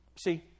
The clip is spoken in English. See